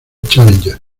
challenger